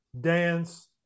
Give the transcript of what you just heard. dance